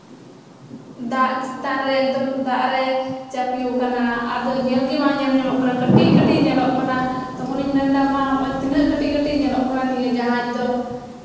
ᱫᱟᱜ ᱪᱮᱛᱟᱱ ᱨᱮ ᱮᱠᱫᱚᱢ ᱫᱟᱜ ᱨᱮ ᱪᱟᱯᱮᱣᱟᱠᱟᱱᱟ ᱟᱫᱚ ᱧᱮᱞ ᱜᱮ ᱵᱟᱝ ᱧᱮᱞ ᱧᱟᱢᱚᱜ ᱠᱟᱱᱟ ᱠᱟᱹᱴᱤᱡᱼᱠᱟᱹᱴᱤᱡ ᱧᱮᱞᱚᱜ ᱠᱟᱱᱟ ᱛᱚᱠᱷᱚᱱᱤᱧ ᱢᱮᱱᱫᱟ ᱢᱟ ᱛᱤᱱᱟᱹᱜ ᱠᱟᱹᱴᱤᱡᱼᱠᱚᱹᱴᱤᱡ ᱧᱮᱞᱚᱜ ᱠᱟᱱᱟ ᱱᱤᱭᱟᱹ ᱡᱟᱦᱟᱡ ᱫᱚ